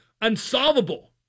unsolvable